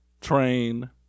train